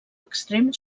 extrem